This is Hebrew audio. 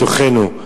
בתוכנו,